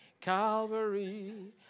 Calvary